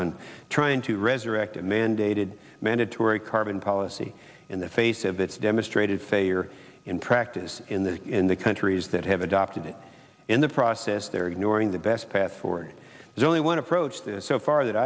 on trying to resurrect a mandated mandatory carbon policy in the face of its demonstrated failure in practice in the in the countries that have adopted it in the process they are ignoring the best path forward is only one approach so far that